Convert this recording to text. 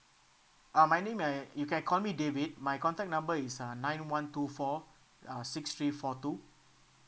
uh my name eh you can call me david my contact number is uh nine one two four uh six three four two